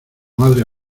madre